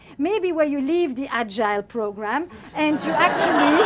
maybe where you leave the agile program and you actually